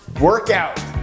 workout